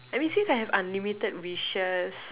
I mean since I have unlimited wishes